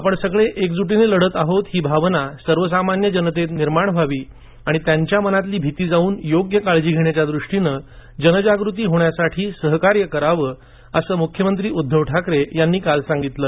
आपण सगळे एकजूटीने लढत आहोत ही भावना सर्वसामान्य जनतेत निर्माण व्हावी आणि त्यांच्या मनातली भीती जाऊन योग्य काळजी घेण्याच्या दृष्टीने जनजागृती होण्यास सहकार्य करावे असं मुख्यमंत्री उद्दव ठाकरे यांनी काल सांगितले